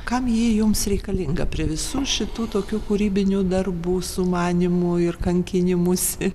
kam ji jums reikalinga prie visų šitų tokių kūrybinių darbų sumanymų ir kankinimųsi